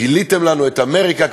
גיליתם לנו את אמריקה,